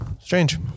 strange